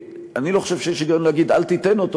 אני לא חושב שיש היגיון להגיד: אל תיתן אותו